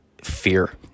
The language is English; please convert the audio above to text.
fear